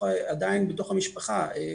עדיין בתוך המשפחה,